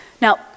Now